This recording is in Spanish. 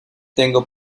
tengo